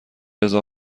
رضا